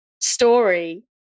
story